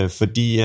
fordi